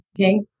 okay